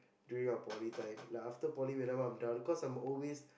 during our poly times like after poly whenever I'm done cause I'm always